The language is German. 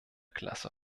klasse